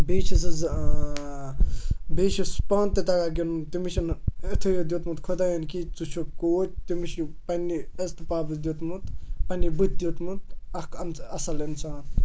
بیٚیہِ چھُ سُہ بیٚیہِ چھُس پانہٕ تہٕ تَگان گِنٛدُن تٔمِس چھِنہٕ یِتھُے یوت دیُتمُت خۄدایَن کہِ ژٕ چھُکھ کوچ تٔمِس چھُ پَنٛنہِ عزتہٕ پابَس دیُتمُت پَنٛنہِ بٕتھِ دیُتمُت اَکھ اَصٕل اِنسان